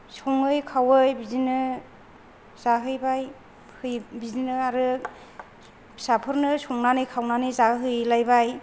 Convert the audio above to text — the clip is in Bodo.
सङै खावै बिदिनो जाहैबाय फै बिदिनो आरो फिसाफोरनो संनानै खावनानै जाहोहैलायबाय